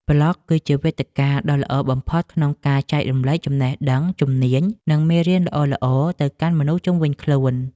ប្លក់គឺជាវេទិកាដ៏ល្អបំផុតក្នុងការចែករំលែកចំណេះដឹង ជំនាញ និងមេរៀនល្អៗទៅកាន់មនុស្សជុំវិញខ្លួន។